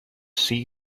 see